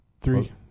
three